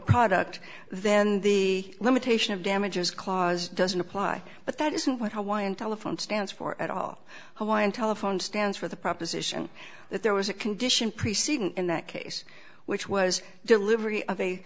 product then the limitation of damages clause doesn't apply but that isn't what hawaiian telephone stands for at all why in telephone stands for the proposition that there was a condition preceding in that case which was delivery